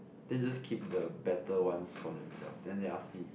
then just keep the better ones for themselves then they ask me